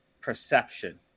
perception